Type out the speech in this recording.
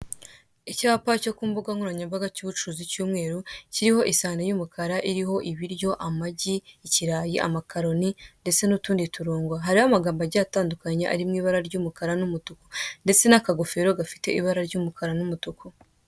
Icyapa cyo ku mbugankoranyambaga cy'ubucuruzi cy'umweru kiriho isahane y'umukara iriho ibiryo, amagi, ikirayi, amakaroni ndetse n'utundi turungo, hariho amagambo agiye atandukanye ari mu ibara ry'umukara n'umutuku ndetse n'akagofero gafite ibara ry'umukara n'umutuku.